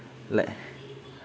like